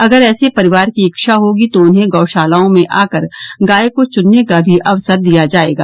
अगर ऐसे परिवार की इच्छा होगी तो उन्हें गौशालाओं में आकर गाय को चुनने का भी अवसर दिया जाएगा